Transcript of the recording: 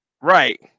right